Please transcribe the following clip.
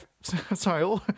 sorry